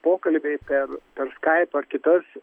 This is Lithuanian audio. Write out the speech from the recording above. pokalbiai per per skaipą ar kitas